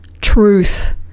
truth